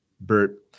Bert